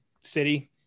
city